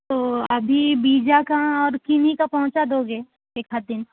तो अभी बीजा का और किन्ही का पहुँचा दोगे एक आध दिन